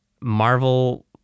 Marvel